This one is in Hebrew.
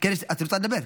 את רוצה לדבר?